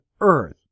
earth